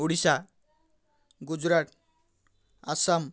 Odisha Gujarat Assam